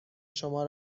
شما